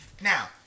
Now